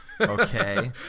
Okay